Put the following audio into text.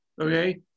Okay